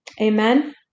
Amen